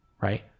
right